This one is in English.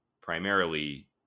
primarily